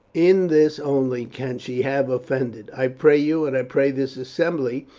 in this only can she have offended. i pray you, and i pray this assembly,